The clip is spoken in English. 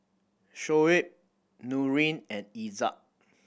Shoaib Nurin and Izzat